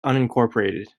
unincorporated